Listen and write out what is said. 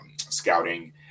scouting